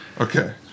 Okay